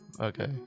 Okay